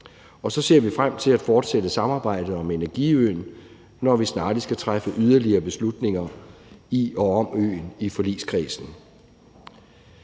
og så ser vi frem til at fortsætte samarbejdet om energiøen, når vi snarlig skal træffe yderligere beslutninger i forligskredsen